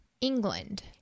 England